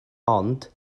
ond